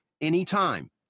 anytime